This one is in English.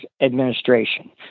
administration